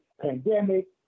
pandemic